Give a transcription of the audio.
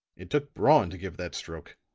it took brawn to give that stroke